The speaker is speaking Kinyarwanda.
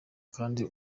kdi